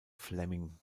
flemming